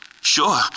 Sure